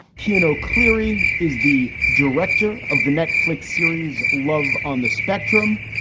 kiyono cleary is the director of the netflix series love on the spectrum.